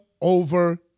over